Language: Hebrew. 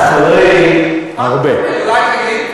אולי תגיד.